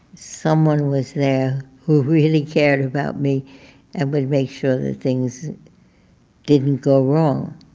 someone was there who really cared about me and would make sure that things didn't go wrong.